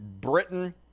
Britain